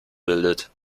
bildet